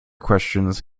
questions